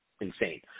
insane